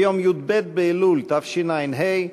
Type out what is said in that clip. ביום י"ב באלול התשע"ה,